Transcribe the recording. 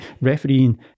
Refereeing